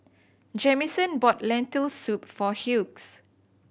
Jamison bought Lentil Soup for Hughes